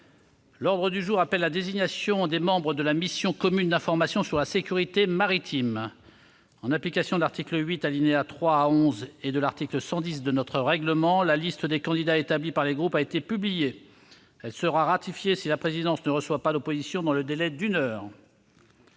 L'ordre du jour appelle la désignation des membres de la mission commune d'information sur la sécurité maritime. En application de l'article 8, alinéas 3 à 11, et de l'article 110 de notre règlement, la liste des candidats établie par les groupes a été publiée. Elle sera ratifiée si la présidence ne reçoit pas d'opposition dans le délai d'une heure.